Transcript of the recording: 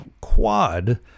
quad